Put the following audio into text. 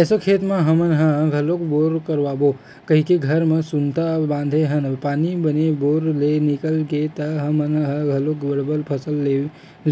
एसो खेत म हमन ह घलोक बोर करवाबो कहिके घर म सुनता बांधे हन पानी बने बोर ले निकल गे त हमन ह घलोक डबल फसल ले